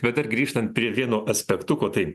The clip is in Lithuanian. bet dar grįžtant prie vieno aspektuko tai